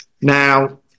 Now